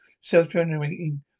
self-generating